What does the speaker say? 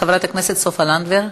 חברת הכנסת סופה לנדבר.